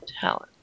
Talent